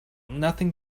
nothing